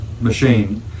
machine